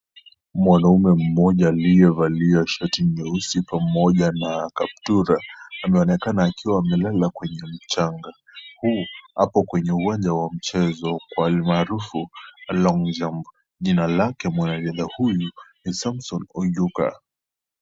Mwanaume mmoja aliyevalia shati nyeusi pamoja na kaptura. Ameonekana akiwa amelala kwenye mchanga. Hapo kwenye uwanja wa mchezo, almaarufu long jump . Jina lake mwanariadha huyu, ni Samson Ojoka.